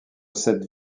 cette